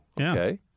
okay